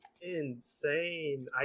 insane